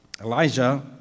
Elijah